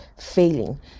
failing